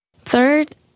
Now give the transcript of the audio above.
Third